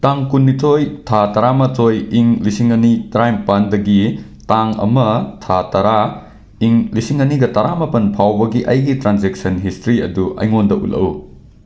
ꯇꯥꯡ ꯀꯨꯟꯅꯤꯊꯣꯏ ꯊꯥ ꯇꯔꯥꯃꯥꯊꯣꯏ ꯏꯪ ꯂꯤꯁꯤꯡ ꯑꯅꯤ ꯇ꯭ꯔꯥꯏꯝꯄꯥꯟꯗꯒꯤ ꯇꯥꯡ ꯑꯃ ꯊꯥ ꯇꯔꯥ ꯏꯪ ꯂꯤꯁꯤꯡ ꯑꯅꯤꯒ ꯇꯔꯥꯃꯥꯄꯟ ꯐꯥꯎꯕꯒꯤ ꯑꯩꯒꯤ ꯇ꯭ꯔꯥꯟꯖꯦꯛꯁꯟ ꯍꯤꯁꯇ꯭ꯔꯤ ꯑꯗꯨ ꯑꯩꯉꯣꯟꯗ ꯎꯠꯂꯛꯎ